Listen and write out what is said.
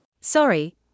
Sorry